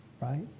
right